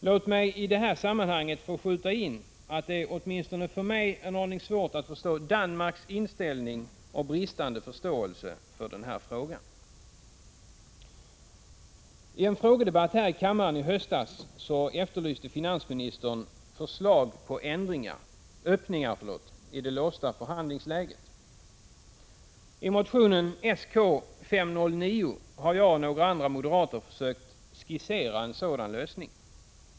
Låt mig i det här sammanhanget få skjuta in att det åtminstone för mig är svårt att förstå Danmarks inställning och bristande förståelse för den här frågan. Ten frågedebatt här i kammaren i höstas efterlyste finansministern förslag och öppningar i det låsta förhandlingsläget. I motionen Sk509 har jag och några andra moderater försökt skissera en sådan lösning.